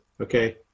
okay